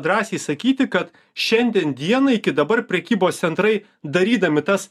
drąsiai sakyti kad šiandien dienai iki dabar prekybos centrai darydami tas